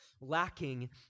lacking